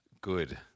good